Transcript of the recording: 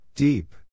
Deep